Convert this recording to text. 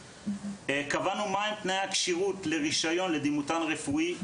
קבענו מה הם תנאי הכשירות בשביל רישיון לדימותן רפואי,